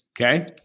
Okay